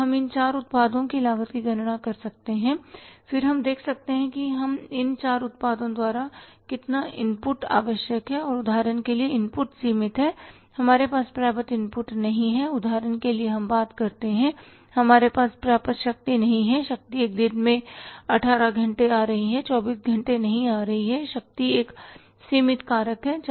तो हम चार उत्पादों की लागत की गणना कर सकते हैं फिर हम देख सकते हैं कि इन चार उत्पादों द्वारा कितना इनपुट आवश्यक है और उदाहरण के लिए इनपुट सीमित है हमारे पास पर्याप्त इनपुट नहीं है उदाहरण के लिए हम बात करते हैं आपके पास पर्याप्त शक्ति नहीं है शक्ति एक दिन में अठारह घंटे आ रही है चौबीस घंटे नहीं में आ रही है शक्ति एक सीमित कारक है